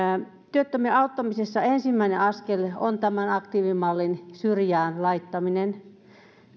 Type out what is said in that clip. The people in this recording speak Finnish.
työttömien auttamisessa ensimmäinen askel on tämän aktiivimallin syrjään laittaminen